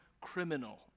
criminal